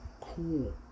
cool